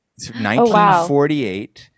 1948